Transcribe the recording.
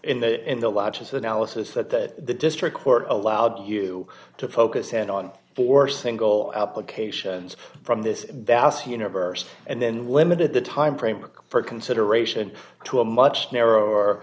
in the in the lodges analysis that the district court allowed you to focus in on for single applications from this basque universe and then limited the time frame for consideration to a much narrower